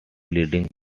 leading